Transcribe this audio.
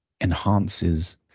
enhances